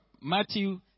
Matthew